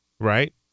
right